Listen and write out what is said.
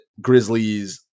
Grizzlies